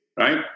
right